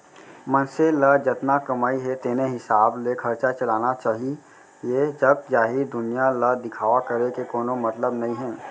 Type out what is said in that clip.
मनसे ल जतना कमई हे तेने हिसाब ले खरचा चलाना चाहीए जग जाहिर दुनिया ल दिखावा करे के कोनो मतलब नइ हे